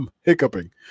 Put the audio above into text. hiccuping